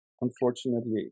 Unfortunately